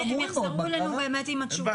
הם יחזרו אלינו עם התשובה.